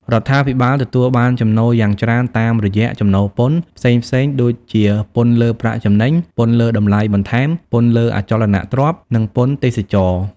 រដ្ឋាភិបាលទទួលបានចំណូលយ៉ាងច្រើនតាមរយៈ ចំណូលពន្ធ ផ្សេងៗ ដូចជាពន្ធលើប្រាក់ចំណេញ ពន្ធលើតម្លៃបន្ថែម ពន្ធលើអចលនទ្រព្យ និងពន្ធទេសចរណ៍។